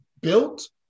built